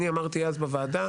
אני אמרתי אז בוועדה